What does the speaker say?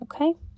okay